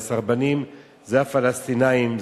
הסרבנים זה הפלסטינים,